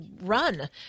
run